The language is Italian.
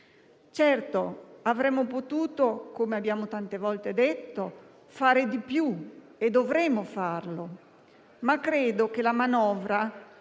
Certo, avremmo potuto - come abbiamo tante volte detto - fare di più e dovremo farlo, ma credo che la manovra